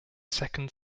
second